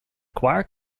choir